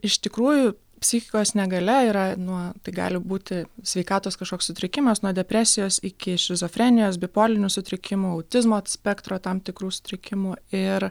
iš tikrųjų psichikos negalia yra nuo tai gali būti sveikatos kažkoks sutrikimas nuo depresijos iki šizofrenijos bipolinių sutrikimų autizmo spektro tam tikrų sutrikimų ir